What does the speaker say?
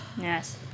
Yes